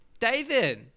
David